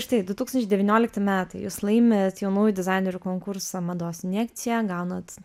štai du tūkstančiai devyniolikti metai jūs laimit jaunųjų dizainerių konkursą mados injekcija gaunat